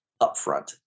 upfront